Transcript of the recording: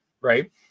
right